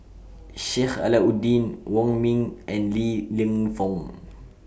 Sheik Alau'ddin Wong Ming and Li Lienfung